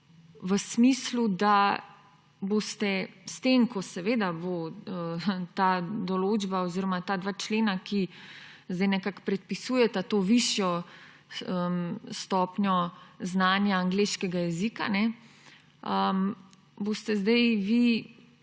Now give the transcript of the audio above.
v smislu, da boste s tem, ko bo ta določba oziroma ta dva člena, ki zdaj predpisujeta to višjo stopnjo znanja angleškega jezika, zdaj vi